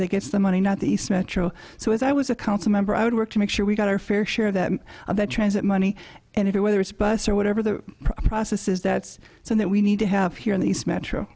that gets the money not the least metro so as i was a council member i would work to make sure we got our fair share of that of that transit money and it whether it's bus or whatever the process is that's so that we need to have here in these metro